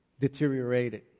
deteriorated